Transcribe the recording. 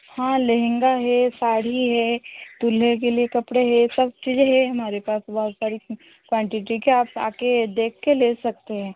हाँ लहंगा है साड़ी है दूल्हे के लिए कपड़े हैं सब चीज़े हैं हमारे पास बहुत सारी क्वांटिटी के आप आ कर देख कर ले सकते हैं